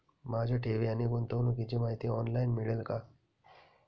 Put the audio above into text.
माझ्या ठेवी आणि गुंतवणुकीची माहिती ऑनलाइन मिळेल का?